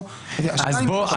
או --- אז בוא,